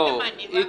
קודם אני ואחר כך...